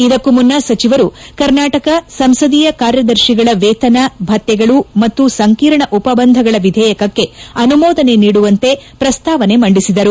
ಇದಕ್ಕೂ ಮುನ್ನ ಸಚಿವರು ಕರ್ನಾಟಕ ಸಂಸದೀಯ ಕಾರ್ಯದರ್ತಿಗಳ ವೇತನ ಭತ್ತೆಗಳು ಮತ್ತು ಸಂಕೀರ್ಣ ಉಪಬಂಧಗಳ ವಿಧೇಯಕಕ್ಕೆ ಅನುಮೋದನೆ ನೀಡುವಂತೆ ಪ್ರಸ್ತಾವನೆ ಮಂಡಿಸಿದರು